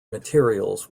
materials